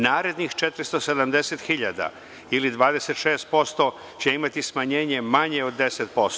Narednih 470 hiljada ili 26% će imati smanjenje manje od 10%